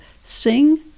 Sing